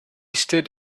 stood